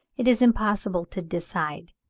it is impossible to decide.